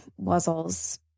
Wuzzles